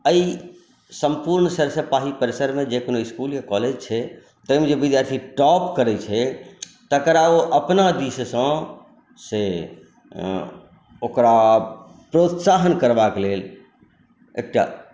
एहि संपूर्ण सरिसब पाही परिसरमे जे कओनो इसकुल या कॉलेज छै ताहिमे जे विद्यार्थी टॉप करैत छै तेकरा ओ अपना दिससंँ से ओकरा प्रोत्साहन करबाके लेल एकटा